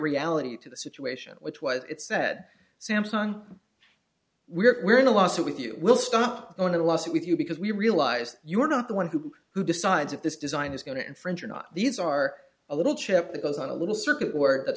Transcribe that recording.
reality to the situation which was it said samsung we're in a lawsuit with you we'll stop on a lawsuit with you because we realize you're not the one who who decides if this design is going to infringe or not these are a little chip that goes on a little circuit work that